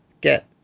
get